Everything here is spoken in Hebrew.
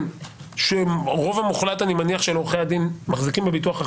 עמותות שקרסו בגלל תביעות או שלא היה להן כסף לשלם לתביעות,